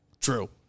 True